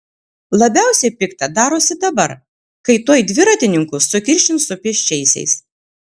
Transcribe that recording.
labiausiai pikta darosi dabar kai tuoj dviratininkus sukiršins su pėsčiaisiais